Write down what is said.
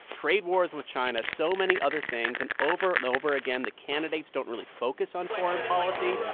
trade wars with china, so many other things, and over and over again, the candidates don't really focus on foreign policy.